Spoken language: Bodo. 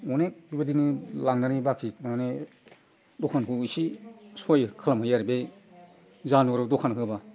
अनेख बेबायदिनो लांनानै बाखि मानानै दखानखौ एसे सहाय खालामहोयो आरो बे जानुवारि दखान होब्ला